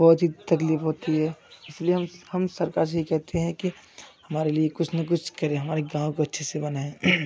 बहुत ही तकलीफ होती है इसलिए हम हम सरकारी कहते हैं कि हमारे लिए कुछ ना कुछ करें हमारे गाँव को अच्छे से बनाएँ